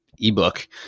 ebook